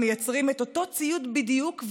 המייצרים את אותו ציוד בדיוק,